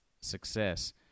success